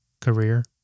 career